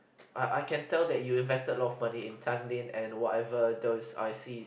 I I can tell that you invested a lot of money in Tanglin and whatever those I see